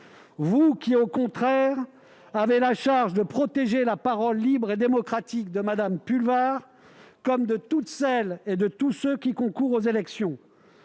vous qui, au contraire, avez la charge de protéger la parole libre et démocratique de Mme Pulvar, comme de toutes celles et de tous ceux qui concourent aux élections.